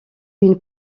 une